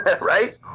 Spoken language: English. right